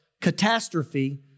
catastrophe